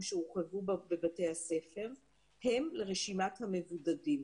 שהורחבו בבתי הספר הם לרשימת המבודדים.